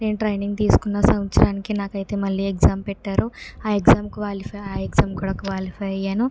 నేను ట్రైనింగ్ తీసుకున్న సంవత్సరానికి నాకైతే మళ్లీ ఎగ్జామ్ పెట్టారో ఆ ఎగ్జామ్ క్వాలిఫై ఆ ఎగ్జామ్ కూడా క్వాలిఫై అయ్యాను